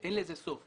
אין לזה סוף.